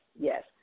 yes